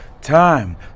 time